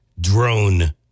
drone